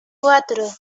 cuatro